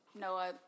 Noah